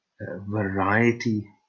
variety